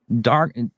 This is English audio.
dark